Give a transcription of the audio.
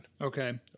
Okay